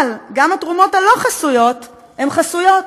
אבל גם התרומות הלא-חסויות הן חסויות,